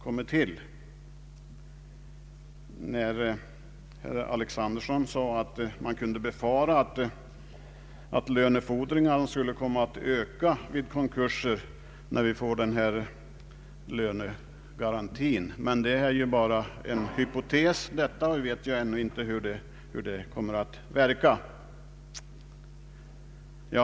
Herr Alexanderson nämnde att man kunde befara att lönefordringarna skulle komma att öka vid konkurser när vi får statlig lönegaranti. Men det är ännu så länge bara en hypotes; vi vet inte hur systemet kommer att verka.